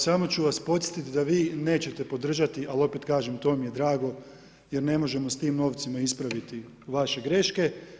Samo ću vas podsjetiti da vi nećete podržati, ali opet kažem, to mi je drago, jer ne možemo s tim novcima ispraviti vaše greške.